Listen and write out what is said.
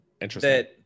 interesting